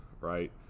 right